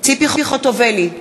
ציפי חוטובלי,